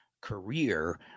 career